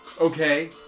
Okay